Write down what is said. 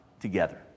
together